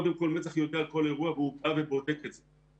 קודם כל מצ"ח יודע על כל אירוע והוא בא ובודק את זה.